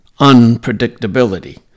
unpredictability